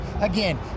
again